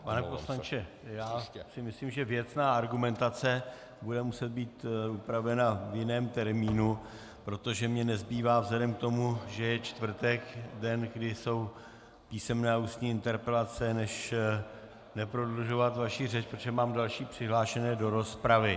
Pane poslanče, myslím si, že věcná argumentace bude muset být upravena v jiném termínu, protože mně nezbývá vzhledem k tomu, že je čtvrtek, den, kdy jsou písemné a ústní interpelace, než neprodlužovat vaší řeč, protože mám další přihlášené do rozpravy.